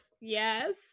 yes